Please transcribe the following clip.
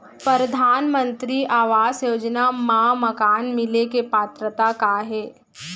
परधानमंतरी आवास योजना मा मकान मिले के पात्रता का हे?